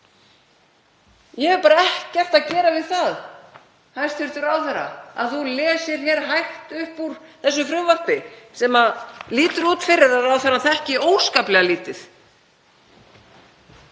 Ég hef bara ekkert að gera við það að hæstv. ráðherra lesi hægt upp úr þessu frumvarpi sem lítur út fyrir að ráðherra þekki óskaplega lítið.